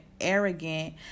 arrogant